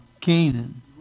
Canaan